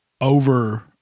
over